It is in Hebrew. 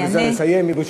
ובזה נסיים.